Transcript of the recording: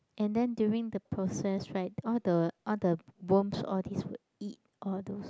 and then during the process right all the all the worms all this will eat all those